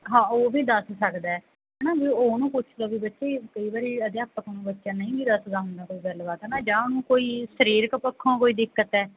ਹਾਂ ਉਹ ਵੀ ਦੱਸ ਸਕਦਾ ਹੈ ਨਾ ਵੀ ਉਹਨੂੰ ਪੁੱਛ ਲਵੇ ਵੀ ਬੱਚੇ ਕਈ ਵਾਰੀ ਅਧਿਆਪਕ ਨੂੰ ਬੱਚਾ ਨਹੀਂ ਵੀ ਦੱਸਦਾ ਹੁੰਦਾ ਕੋਈ ਗੱਲਬਾਤ ਨਾ ਜਾਂ ਉਹਨੂੰ ਕੋਈ ਸਰੀਰਕ ਪੱਖੋਂ ਕੋਈ ਦਿੱਕਤ ਹੈ